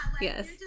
Yes